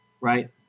right